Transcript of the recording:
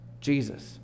Jesus